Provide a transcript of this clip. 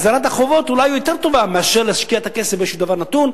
החזרת החובות אולי היא יותר טובה מאשר להשקיע את הכסף באיזה דבר נתון,